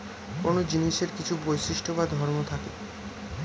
কোন জিনিসের কিছু বৈশিষ্ট্য বা ধর্ম থাকে